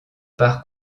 par